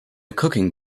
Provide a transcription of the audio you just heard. cooking